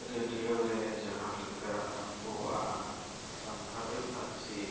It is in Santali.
ᱨᱮ ᱡᱟᱦᱟᱸ ᱞᱮᱠᱟ ᱟᱵᱚᱣᱟᱜ ᱥᱟᱱᱛᱟᱞᱤ ᱯᱟᱹᱨᱥᱤ